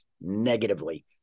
negatively